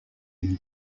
him